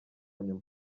nyuma